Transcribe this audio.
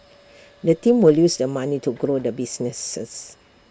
the team will use the money to grow the business